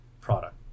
product